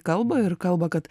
kalba ir kalba kad